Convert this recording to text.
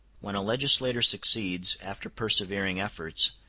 when a legislator succeeds, after persevering efforts,